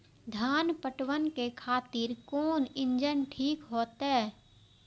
धान पटवन के खातिर कोन इंजन ठीक होते?